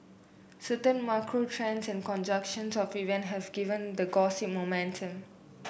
certain macro trends and conjunction of event have given the gossip momentum